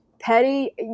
petty